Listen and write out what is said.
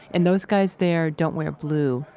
and those guys there don't wear blue.